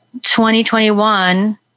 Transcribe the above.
2021